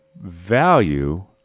value